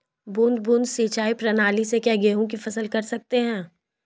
बूंद बूंद सिंचाई प्रणाली से क्या गेहूँ की फसल कर सकते हैं?